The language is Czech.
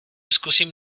zkusím